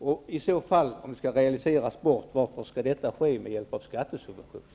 Om den skall realiseras bort, varför skall detta ske med hjälp av skattesubventioner?